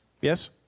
Yes